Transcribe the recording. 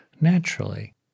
naturally